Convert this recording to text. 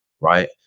right